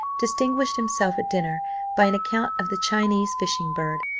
distinguished himself at dinner by an account of the chinese fishing-bird,